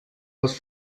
les